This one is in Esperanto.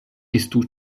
estu